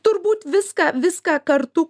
turbūt viską viską kartu